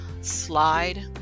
slide